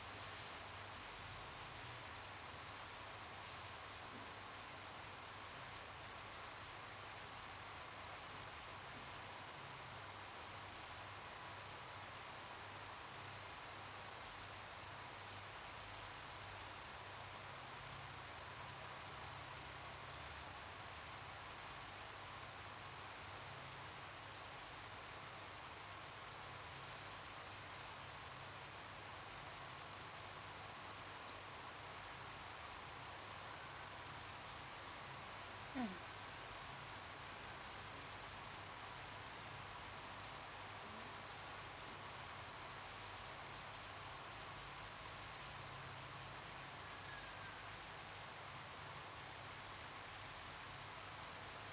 mm